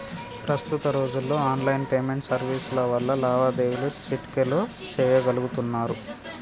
ప్రస్తుత రోజుల్లో online payment సర్వీసుల వల్ల లావాదేవీలు చిటికెలో చెయ్యగలుతున్నరు